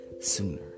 sooner